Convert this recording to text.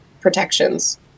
protections